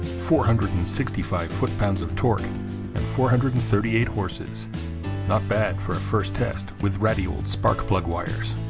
four hundred and sixty five foot-pounds of torque and four hundred and thirty eight horses not bad for a first test with ratty old spark plug wires